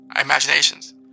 imaginations